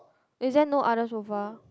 is there no other sofa